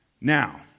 now